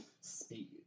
speed